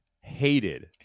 hated